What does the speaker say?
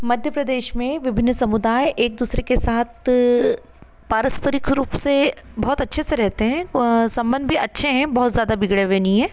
मध्य प्रदेश में विभिन्न समुदाय एक दूसरे के साथ पारस्परिक रूप से बहुत अच्छे से रहते हैं संबंध भी अच्छे हैं बहुत जादा बिगड़े हुए नहीं है